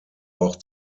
auch